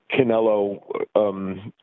Canelo